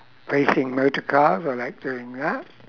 racing motorcars I like doing that